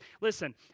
Listen